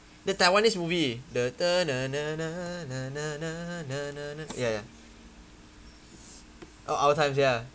the taiwanese movie the de na na na na na na na na na ya ya oh our times ya